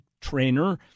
trainer